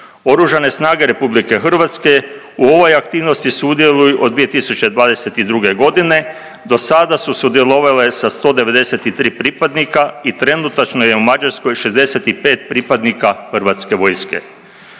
Oružane snage Republike Hrvatske u ovoj aktivnosti sudjeluju od 2022. godine. Do sada su sudjelovale sa 193 pripadnika i trenutačno je u Mađarskoj 65 pripadnika Hrvatske vojske.